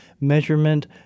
measurement